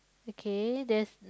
okay there's